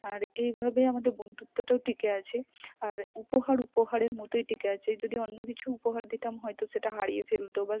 আর এইভাবে আমাদের বন্ধুত্বটাও টিকে আছে আর উপহার উপহারের মতোই টিকে আছে যদি অন্য কিছু উপহার দিতাম হয়তো সেটা হারিয়ে ফেলত বা